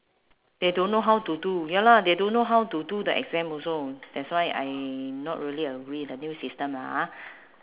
they don't know how to do ya lah they don't know how to do the exam also that's why I not really agree with the new system lah ah